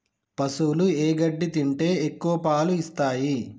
పశువులు ఏ గడ్డి తింటే ఎక్కువ పాలు ఇస్తాయి?